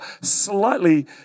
slightly